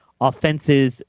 offenses